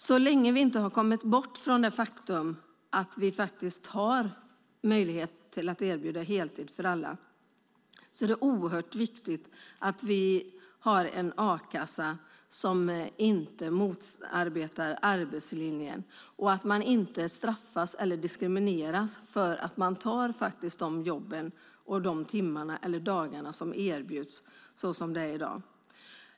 Så länge vi inte har kommit bort från det faktum att vi har möjlighet att erbjuda heltid för alla är det oerhört viktigt att vi har en a-kassa som inte motarbetar arbetslinjen och att man inte straffas eller diskrimineras för att man tar de jobb på timmar eller dagar som erbjuds, så som det är i dag.